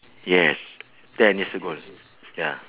yes ten years ago ya